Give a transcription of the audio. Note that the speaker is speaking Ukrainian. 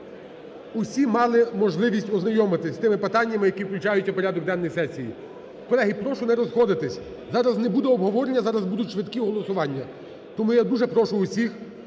Усі мали можливість ознайомитись з тими питаннями, які включаються в порядок денний сесії. Колеги, прошу не розходитись, зараз не буде обговорення, зараз будуть швидкі голосування. Тому я дуже прошу всіх